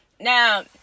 now